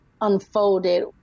unfolded